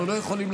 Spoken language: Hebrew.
נכון.